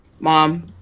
Mom